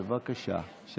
בבקשה.